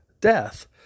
death